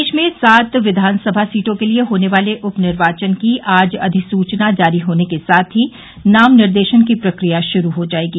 प्रदेश में सात विधानसभा सीटों के लिये होने वाले उप निर्वाचन की आज अधिसूचना जारी होने के साथ ही नाम निर्देशन की प्रकिया शुरू जायेगी